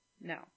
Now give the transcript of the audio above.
No